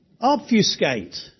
obfuscate